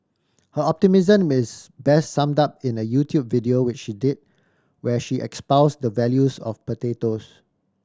her optimism is best summed up in a YouTube video which she did where she espouse the of potatoes